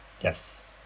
Yes